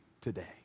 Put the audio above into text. today